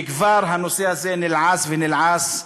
והנושא הזה כבר נלעס ונלעס.